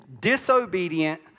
disobedient